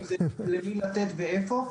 למי לתת לאיפה.